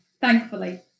thankfully